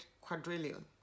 quadrillion